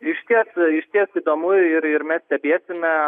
išties išties įdomu ir ir mes stebėsime